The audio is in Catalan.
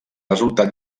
resultat